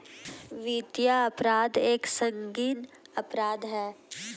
वित्तीय अपराध एक संगीन अपराध है